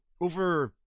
over